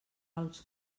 als